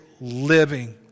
living